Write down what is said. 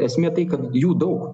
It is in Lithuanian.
esmė tai kad jų daug